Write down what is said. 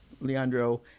Leandro